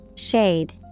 Shade